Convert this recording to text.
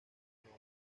banda